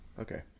Okay